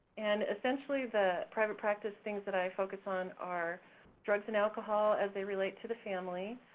and essentially the private practice things that i focus on are drugs and alcohol as they relate to the family,